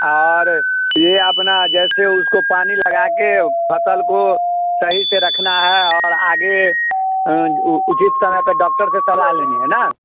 और यह अपना जैसे उसको पानी लगा कर फ़सल को सही से रखना है और आगे उचित समय पर डॉक्टर से सलाह लेनी है ना